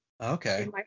Okay